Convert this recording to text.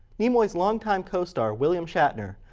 nimoy's long-time co-star william shatner.